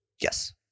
Yes